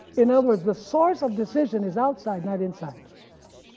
in other words the source of decision is outside not inside.